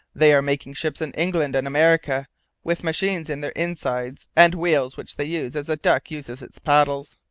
they are making ships in england and america with machines in their insides, and wheels which they use as a duck uses its paddles.